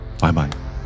Bye-bye